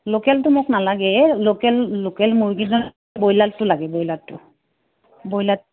লোকেলটো মোক নালাগে লোকেল লোকেল মুৰ্গী ব্ৰইলাৰটো লাগে ব্ৰইলাৰটো ব্ৰইলাৰ